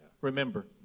Remember